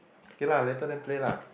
okay lah later then play lah